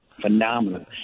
Phenomenal